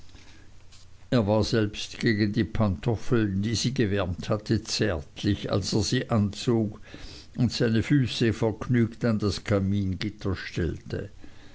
er war selbst gegen die pantoffel die sie gewärmt hatte zärtlich als er sie anzog und seine füße vergnügt an das kamingitter stellte